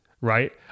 right